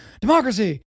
democracy